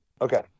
Okay